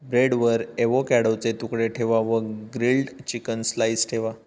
ब्रेडवर एवोकॅडोचे तुकडे ठेवा वर ग्रील्ड चिकन स्लाइस ठेवा